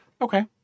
Okay